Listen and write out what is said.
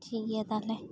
ᱴᱷᱤᱠ ᱜᱮᱭᱟ ᱛᱟᱦᱚᱞᱮ